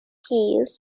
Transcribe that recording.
keels